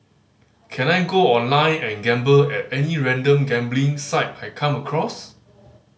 can I go online and gamble at any random gambling site I come across